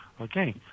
Okay